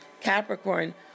Capricorn